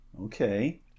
Okay